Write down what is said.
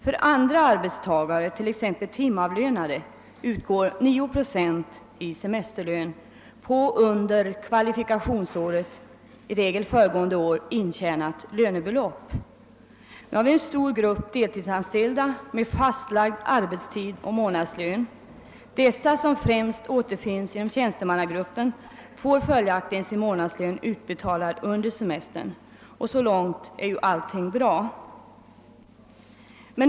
För andra arbetstagare, t.ex. timavlönade, utgår i semesterlön 9 procent på under kvalifikationsåret, i regel föregående år, intjänat lönebelopp. Det finns en stor grupp deltidsanställda med fastlagd arbetstid och månadslön. Dessa, som främst återfinns inom tjänstemannagruppen, får följaktligen sin månadslön utbetalad under semestern. Och så långt är ju allt bra.